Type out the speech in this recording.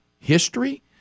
history